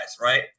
right